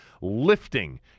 lifting